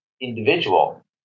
individual